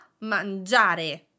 mangiare